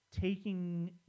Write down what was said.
taking